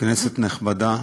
כנסת נכבדה,